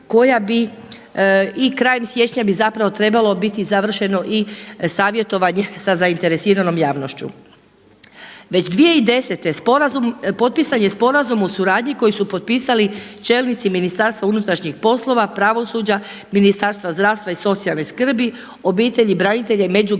koja bi i krajem siječnja bi zapravo trebalo biti završeno i savjetovanje sa zainteresiranom javnošću. Već 2010. potpisan je sporazum o suradnji koji su potpisali čelnici Ministarstva unutarnjih poslova, pravosuđa, Ministarstva zdravstva i socijalne skrbi, obitelji branitelja i međugeneracijske